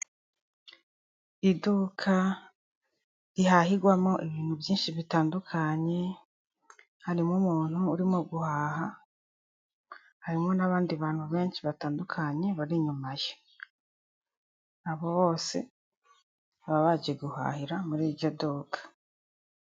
Iduka rihahigwamo ibintu byinshi bitandukanye, harimo umuntu urimo guhaha, harimo n'abandi bantu benshi batandukanye bari inyuma ye, abo bose baba baje guhahira muri iryo duka.